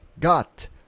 got